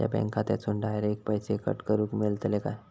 माझ्या बँक खात्यासून डायरेक्ट पैसे कट करूक मेलतले काय?